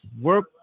Work